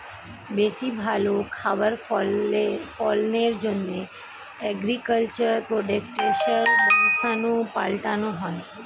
বেশি ভালো খাবার ফলনের জন্যে এগ্রিকালচার প্রোডাক্টসের বংশাণু পাল্টানো হয়